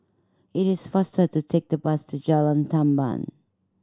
it is faster to take the bus to Jalan Tamban